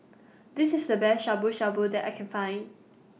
This IS The Best Shabu Shabu that I Can Find